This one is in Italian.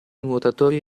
nuotatori